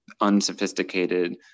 unsophisticated